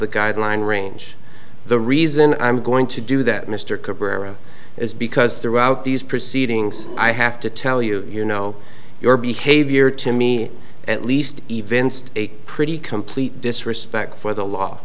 the guideline range the reason i'm going to do that mr cabrera is because throughout these proceedings i have to tell you you know your behavior to me at least even a pretty complete disrespect for the law